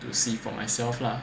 see for myself lah